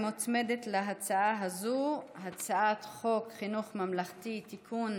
מוצמדת להצעה הזו הצעת חוק חינוך ממלכתי (תיקון,